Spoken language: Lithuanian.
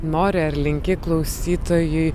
nori ar linki klausytojui